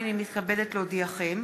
הנני מתכבדת להודיעכם,